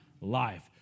life